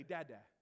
Dada